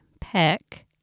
peck